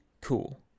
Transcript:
cool